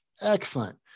Excellent